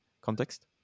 context